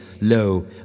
lo